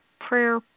prayer